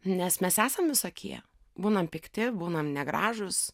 nes mes esam visokie būnam pikti būnam negražūs